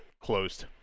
closed